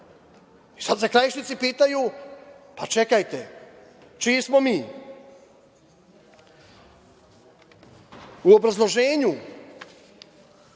Sad se Krajišnici pitaju – čekajte, čiji smo mi?U obrazloženju